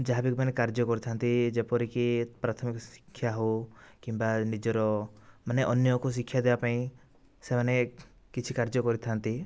ଯାହା ବି ମାନେ କାର୍ଯ୍ୟ କରିଥାନ୍ତି ଯେପରିକି ପ୍ରାଥମିକ ଶିକ୍ଷା ହେଉ କିମ୍ବା ନିଜର ମାନେ ଅନ୍ୟକୁ ଶିକ୍ଷା ଦେବା ପାଇଁ ସେମାନେ କିଛି କାର୍ଯ୍ୟ କରିଥାନ୍ତି